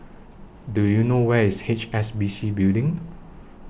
Do YOU know Where IS H S B C Building